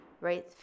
right